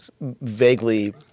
vaguely